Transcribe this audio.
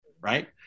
right